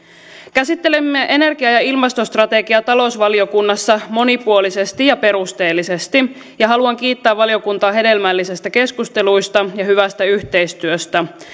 käsittelimme energia ja ilmastostrategiaa talousvaliokunnassa monipuolisesti ja perusteellisesti ja haluan kiittää valiokuntaa hedelmällisistä keskusteluista ja hyvästä yhteistyöstä